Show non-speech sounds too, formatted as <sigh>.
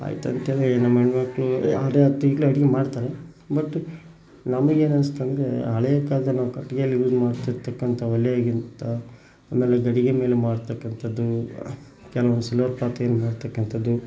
ಆಯ್ತು ಅಂಥೇಳಿ ನಮ್ಮ <unintelligible> ಅಡುಗೆ ಮಾಡ್ತಾರೆ ಬಟ್ ನಮಗೆ ಏನನ್ಸ್ತೆಂದ್ರೆ ಹಳೆ ಕಾಲ್ದಲ್ಲಿ ನಾವು ಕಟ್ಗೆಯಲ್ಲಿ ಯೂಸ್ ಮಾಡ್ತಿರತಕ್ಕಂಥ ಒಲೆಗಿಂತ ಆಮೇಲೆ ಗಡಿಗೆ ಮೇಲೆ ಮಾಡತಕ್ಕಂಥದ್ದು ಕೆಲವು ಸಿಲ್ವರ್ ಪಾತ್ರೆಯಲ್ಲಿ ಮಾಡತಕ್ಕಂಥದ್ದು